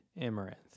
Amaranth